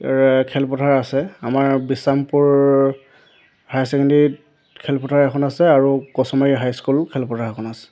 খেলপথাৰ আছে আমাৰ বিশ্বামপুৰ হায়াৰ ছেকেণ্ডেৰীত খেলপথাৰ এখন আছে আৰু কচুমাৰী হাই স্কুল খেলপথাৰ এখন আছে